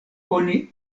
oni